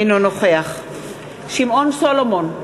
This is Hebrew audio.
אינו נוכח שמעון סולומון,